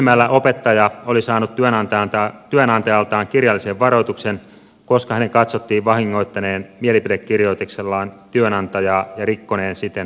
riihimäellä opettaja oli saanut työnantajaltaan kirjallisen varoituksen koska hänen katsottiin vahingoittaneen mielipidekirjoituksellaan työnantajaa ja rikkoneen siten lojaliteettivelvoitettaan